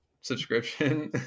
subscription